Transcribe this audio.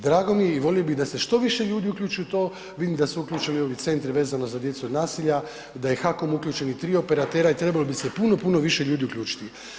Drago mi je i volio bih da se što više ljudi uključi u to, vidim da su uključili i ovi centri vezano za djecu od nasilja, da je HAKOM uključen i tri operatera i trebalo bi se puno, puno više ljudi uključiti.